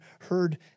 heard